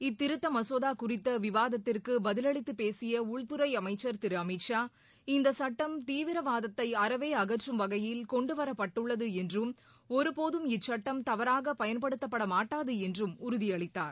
இத்திருத்த மசோதா குறித்த விவாதத்திற்கு பதிலளித்துப் பேசிய உள்துறை அமைச்சர் திரு அமித் ஷா இந்த சுட்டம் தீவிரவாதத்தை அறவே அகற்றும் வகையில் கொண்டுவரப்பட்டுள்ளது என்றும் ஒருபோதும் இச்சுட்டம் தவறாக பயன்படுத்தப்பட மாட்டாது என்றும் உறுதியளித்தார்